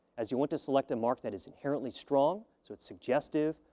as you want to select a mark that is inherently strong, so it's suggestive,